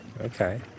Okay